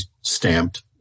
stamped